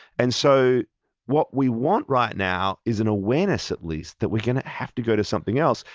and so what we want right now is an awareness at least that we're going to have to go to something else.